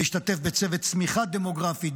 להשתתף בצוות צמיחה דמוגרפית,